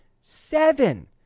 seven